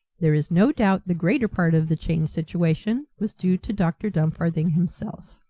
there is no doubt the greater part of the changed situation was due to dr. dumfarthing himself.